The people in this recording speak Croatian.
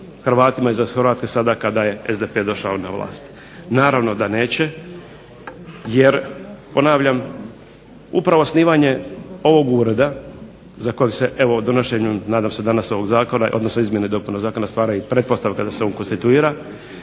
Hrvatima izvan Hrvatske sada kada je SDP došao na vlast. Naravno da neće jer, ponavljam, upravo osnivanje ovog ureda za kojeg se evo donošenjem nadam se danas ovog zakona, odnosno izmjena i dopuna zakona stvaraju pretpostavke da se on konstituira,